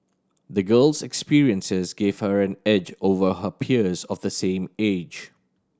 the girl's experiences give her an edge over her peers of the same age